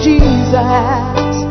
Jesus